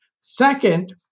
Second